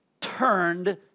turned